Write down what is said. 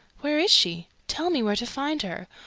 where is she? tell me where to find her.